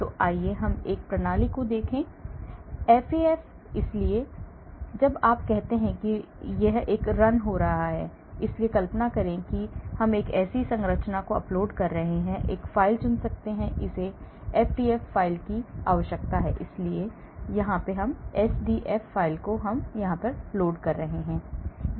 तो आइए हम एक प्रणाली को देखें FAF इसलिए जब आप कहते हैं कि रन है इसलिए कल्पना करें कि मैं एक संरचना अपलोड कर रहा हूं एक फ़ाइल चुन सकता हूं इसे एसडीएफ फ़ाइल की आवश्यकता है इसलिए मैं एसडीएफ फ़ाइल लोड कर रहा हूं